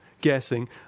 Guessing